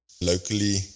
Locally